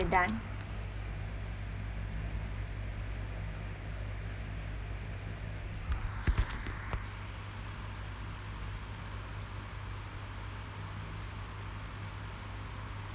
done